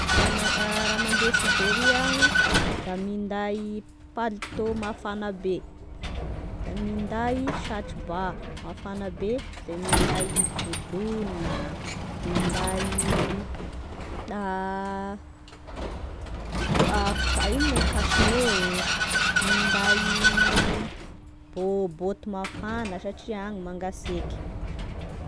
Raha raha mande Siberia aho da minday palitao mafana be da minday satroba mafana be, da minday dodogna, minday kô- ino moa e kasine minday bô- bôty mafana satria agny mangaseky.